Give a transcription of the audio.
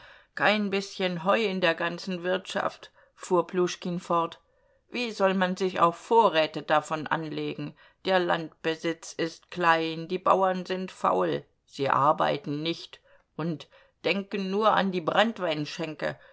kein bißchen heu in der ganzen wirtschaft fuhr pljuschkin fort wie soll man sich auch vorräte davon anlegen der landbesitz ist klein die bauern sind faul sie arbeiten nicht und denken nur an die